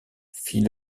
fit